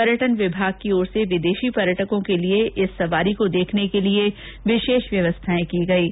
पर्यटन विभाग ने विदेशी पर्यटकों के लिए इस सवारी को देखने के लिए विशेष व्यवस्थाएं कीं